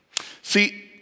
see